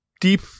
deep